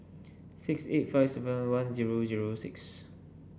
six eight five seven one zero zero six